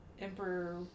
Emperor